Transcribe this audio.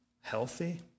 healthy